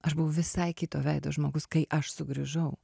aš buvau visai kito veido žmogus kai aš sugrįžau